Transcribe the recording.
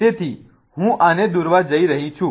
તેથી હું આને અહીં દોરવા જઈ રહી છું